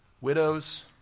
widows